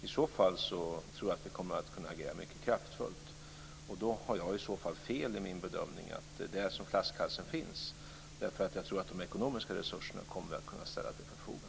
I så fall tror jag att vi kommer att kunna agera mycket kraftfullt. Då har jag fel i min bedömning att det är där som flaskhalsen finns, eftersom jag tror att vi kommer att kunna ställa de ekonomiska resurserna till förfogande.